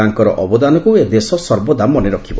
ତାଙ୍କ ଅବଦାନକୁ ଏଦେଶ ସର୍ବଦା ମନେରଖିବ